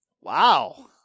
wow